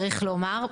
צריך לומר,